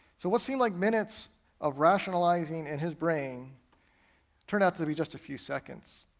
so what seemed like minutes of rationalizing in his brain turned out to be just a few seconds.